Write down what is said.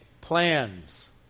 plans